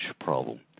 problem